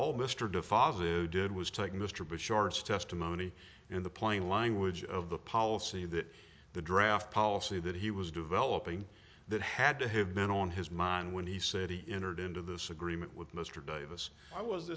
fazio did was take mr bashar it's testimony in the plain language of the policy that the draft policy that he was developing that had to have been on his mind when he said he entered into this agreement with mr davis i was